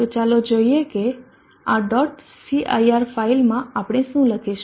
તો ચાલો જોઈએ કે આ dot cir ફાઇલમાં આપણે શું લખીશું